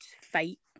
fight